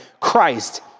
Christ